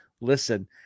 listen